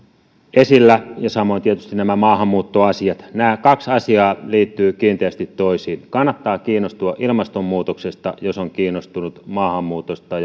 esillä ja samoin tietysti nämä maahanmuuttoasiat nämä kaksi asiaa liittyvät kiinteästi toisiinsa kannattaa kiinnostua ilmastonmuutoksesta jos on kiinnostunut maahanmuutosta